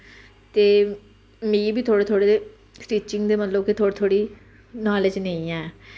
ते मीं बी थोह्ड़े थोह्ड़े स्टिचिंग दी मतलब कि थोह्ड़ी थोह्ड़ी नालेज नेईं ऐ